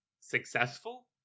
successful